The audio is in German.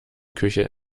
küche